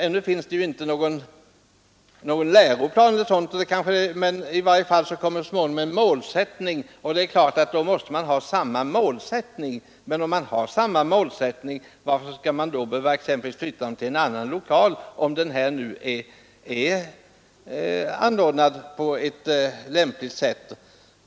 Ännu finns ingen läroplan e.d., men så småningom kommer i varje fall en målsättning. Och varför skall man, om förskolorna har samma målsättning, behöva flytta barnen till en annan lokal, om den första är anordnad på ett lämpligt sätt?